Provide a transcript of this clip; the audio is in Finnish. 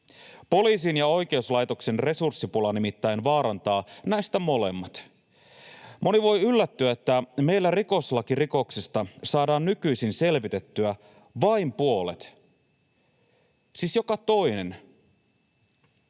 Poliisin ja oikeuslaitoksen resurssipula nimittäin vaarantaa näistä molemmat. Moni voi yllättyä, että meillä rikoslakirikoksista saadaan nykyisin selvitettyä vain puolet, siis joka toinen.